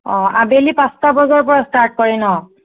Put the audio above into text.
অঁ আবেলি পাঁচটা বজাৰ পৰা ষ্টাৰ্ট কৰে ন'